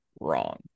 wrong